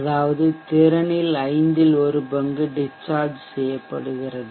அதாவது திறனில் ஐந்தில் ஒரு பங்கு டிஷ்சார்ஜ் செய்யப்படுகிறது